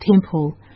temple